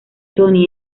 tony